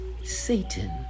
Satan